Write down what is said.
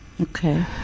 Okay